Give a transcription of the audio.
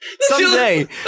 Someday